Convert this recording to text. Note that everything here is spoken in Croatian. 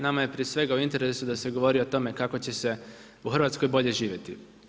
Nama je prije svega u interesu da se govori o tome kako će se u Hrvatskoj bolje živjeti.